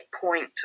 point